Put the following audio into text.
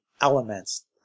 elements